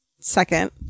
second